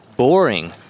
Boring